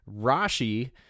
Rashi